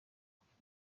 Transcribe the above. kuvuga